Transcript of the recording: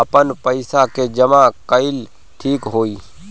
आपन पईसा के जमा कईल ठीक होई?